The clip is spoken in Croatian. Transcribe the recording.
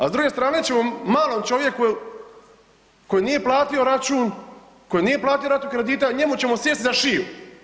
A s druge strane ćemo malom čovjeku koji nije platio račun, koji nije platio ratu kredita njemu ćemo sjest za šiju.